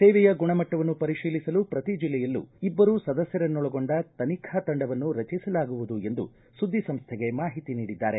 ಸೇವೆಯ ಗುಣಮಟ್ಟವನ್ನು ಪರಿಶೀಲಿಸಲು ಪ್ರತಿ ಜಿಲ್ಲೆಯಲ್ಲೂ ಇಬ್ಬರು ಸದಸ್ಯರನ್ನೊಳಗೊಂಡ ತನಿಖಾ ತಂಡವನ್ನು ರಚಿಸಲಾಗುವುದು ಎಂದು ಸುದ್ದಿ ಸಂಸ್ಥೆಗೆ ಮಾಹಿತಿ ನೀಡಿದ್ದಾರೆ